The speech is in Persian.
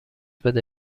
بده